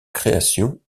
création